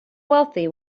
wealthy